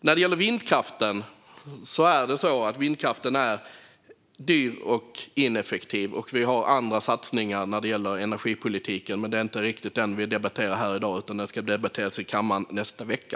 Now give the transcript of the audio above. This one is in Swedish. När det gäller vindkraften är den dyr och ineffektiv. Vi har andra satsningar när det gäller energipolitiken, men det är inte den vi ska debattera här. Den ska debatteras i kammaren nästa vecka.